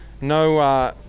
no